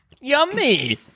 Yummy